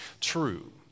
true